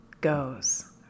goes